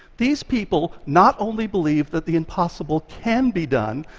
these people not only believed that the impossible can be done,